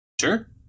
Sure